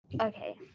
Okay